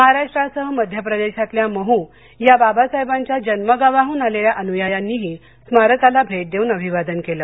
महाराष्ट्रासह मध्य प्रदेशातल्या मह या बाबासाहेबांच्या जन्मगावाहन आलेल्या अनुयायांनीही स्मारकाला भेट देऊन अभिवादन केलं